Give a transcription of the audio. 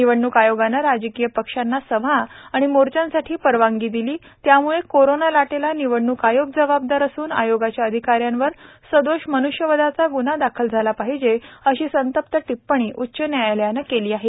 निवडणूक आयोगानं राजकीय पक्षांना सभा आणि मोर्चांसाठी परवानगी दिली त्याम्ळे कोरोना लाटेला निवडण्क आयोग जबाबदार असून आयोगाच्या अधिकाऱ्यांवर सदोष मन्ष्यवधाचा ग्न्हा दाखल झाला पाहिजे अशी संतप्त टीप्पणी उच्च न्यायालयानं केली आहे